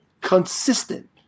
consistent